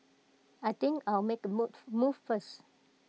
I think I'll make A move first